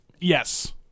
Yes